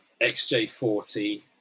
XJ40